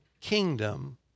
kingdom